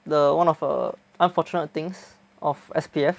the one of uh unfortunate things of S_P_F